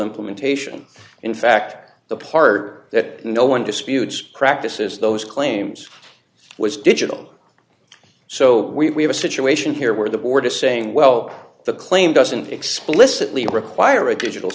implementation in fact the part that no one disputes practice is those claims which digital so we have a situation here where the board is saying well the claim doesn't explicitly require a digital